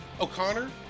O'Connor